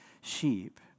sheep